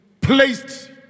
placed